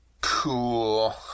Cool